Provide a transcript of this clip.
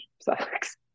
sucks